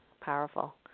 Powerful